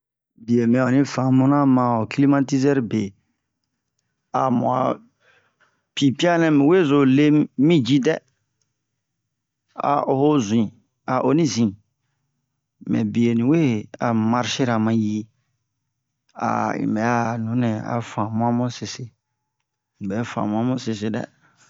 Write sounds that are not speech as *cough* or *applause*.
Bie mɛ onni famuna ma ho klimatizɛr be a mu'a pipian nɛ mu we zo le mi ji dɛ a ho'o zu'i a honi zin mɛ bie ni we a marshera ma yi *hesitation* un bɛ'a nunɛ a famu'a mu sese unbɛ famu'a mu sese dɛ